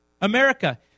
America